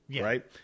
Right